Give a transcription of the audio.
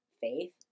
faith